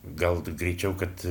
gal greičiau kad